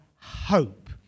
hope